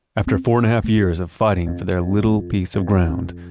after four and a half years of fighting for their little piece of ground,